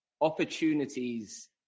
opportunities